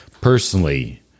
personally